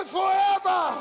forever